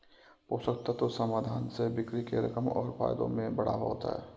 पोषक तत्व समाधान से बिक्री के रकम और फायदों में बढ़ावा होता है